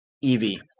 Evie